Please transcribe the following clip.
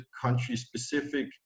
country-specific